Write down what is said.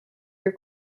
your